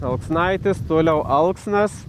alksnaitis toliau alksnas